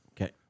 okay